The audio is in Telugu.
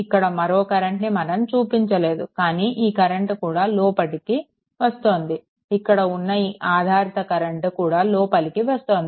ఇక్కడ మరో కరెంట్ ని మనం చూపించలేదు కానీ ఈ కరెంట్ కూడా లోపలికి వస్తోంది ఇక్కడ ఉన్న ఈ ఆధారిత కరెంట్ కూడా లోపలికి వస్తోంది